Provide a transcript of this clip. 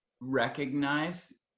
recognize